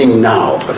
and know,